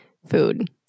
Food